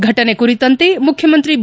ಫಟನೆ ಕುರಿತಂತೆ ಮುಖ್ಯಮಂತ್ರಿ ಬಿ